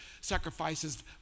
sacrifices